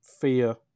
fear